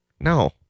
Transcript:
No